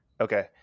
Okay